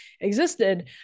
existed